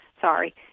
sorry